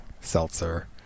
seltzer